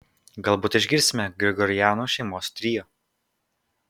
galbūt išgirsime grigorianų šeimos trio